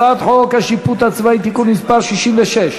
הצעת חוק השיפוט הצבאי (תיקון מס' 66),